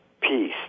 peace